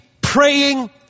praying